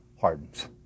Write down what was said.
hardens